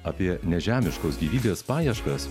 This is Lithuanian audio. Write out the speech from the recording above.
apie nežemiškos gyvybės paieškas